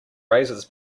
razors